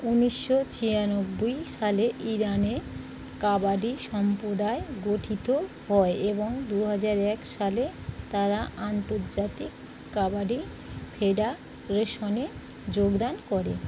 ঊনিশশো ছিয়ানব্বই সালে ইরানে কাবাডি সম্প্রদায় গঠিত হয় এবং দু হাজার এক সালে তারা আন্তর্জাতিক কাবাডি ফেডারেশনে যোগদান করে